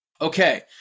Okay